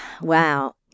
Wow